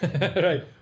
right